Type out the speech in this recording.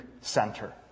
center